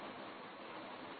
மாணவர் மாணவர் மாணவர்ஆம்